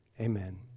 amen